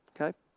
okay